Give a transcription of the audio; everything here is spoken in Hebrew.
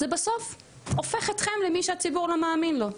בסוף זה הופך אתכם למי שהציבור לא מאמין לו,